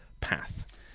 path